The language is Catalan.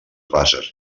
bases